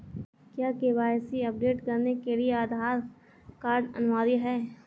क्या KYC update करने के लिए आधार कार्ड अनिवार्य है?